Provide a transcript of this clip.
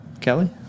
Kelly